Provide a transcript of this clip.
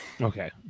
Okay